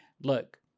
look